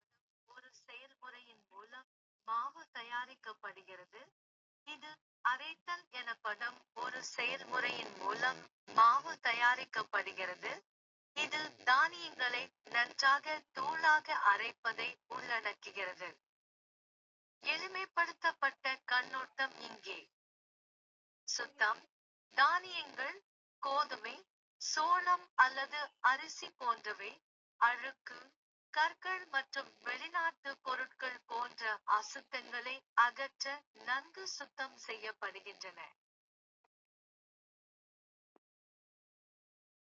அரைத்தல் எனப்படும் ஒரு செயல்முறையின் மூலம் மாவு தயாரிக்கப்படுகிறது, இது தானியங்களை நன்றாக தூளாக அரைப்பதை உள்ளடக்குகிறது. எளிமைப்படுத்தப்பட்ட கண்ணோட்டம் இங்கே. சுத்தம் தானியங்கள் கோதுமை, சோளம் அல்லது அரிசி போன்றவை அழுக்கு, கற்கள் மற்றும் வெளிநாட்டு பொருட்கள் போன்ற அசுத்தங்களை அகற்ற நன்கு சுத்தம் செய்யப்படுகின்றன.